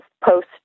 post